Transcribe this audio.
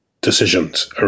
decisions